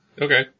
Okay